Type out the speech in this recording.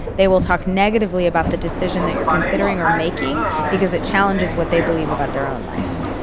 they will talk negatively about the decision that you're considering are making because it challenges what they believe about their own life.